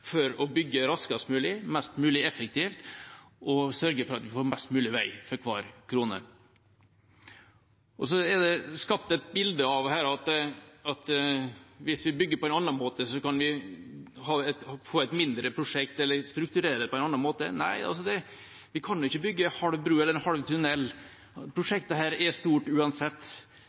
for å bygge raskest mulig, mest mulig effektivt og sørge for at vi får mest mulig vei for hver krone. Det er skapt et bilde her av at hvis vi bygger på en annen måte, kan vi få et mindre prosjekt – eller strukturere det på en annen måte. Nei, vi kan ikke bygge ei halv bru eller en halv tunnel, prosjektet her er stort uansett.